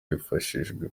hifashishijwe